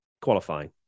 qualifying